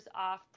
off